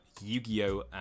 Yu-Gi-Oh